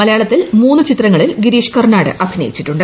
മലയ്ക്കാ്ളത്തിൽ മൂന്ന് ചിത്രങ്ങളിൽ ഗിരീഷ് കർണാട് അഭിനയിച്ചിട്ടുണ്ട്